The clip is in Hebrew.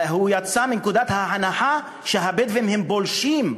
הוא יצא מנקודת ההנחה שהבדואים הם פולשים,